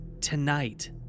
tonight